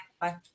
Bye